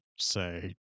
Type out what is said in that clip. say